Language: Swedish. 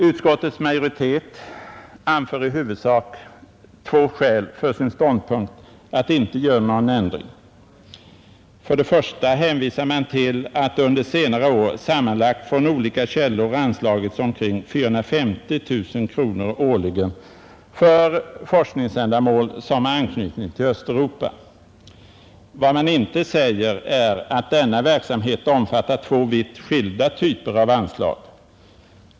Utskottets majoritet anför i huvudsak två skäl för sin ståndpunkt att inte tillstyrka någon ändring. Det första skälet är att under senare år sammanlagt från olika källor anslagits omkring 450 000 kronor årligen för forskningsändamål som har anknytning till Östeuropa. Vad man inte säger är att denna verksamhet omfattar två vitt skilda typer av anslag.